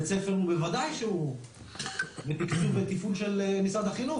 בית ספר בוודאי שהוא בתקצוב ובתפעול של משרד החינוך,